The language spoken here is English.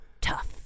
Tough